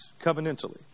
covenantally